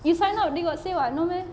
you sign up they got say [what] no meh